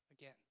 again